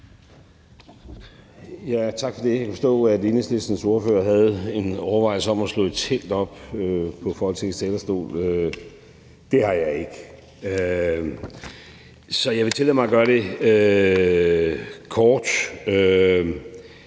Tak for det. Jeg kan forstå, at Enhedslistens ordfører havde en overvejelse om at slå et telt op på Folketingets talerstol. Det har jeg ikke, så jeg vil tillade mig at gøre det kort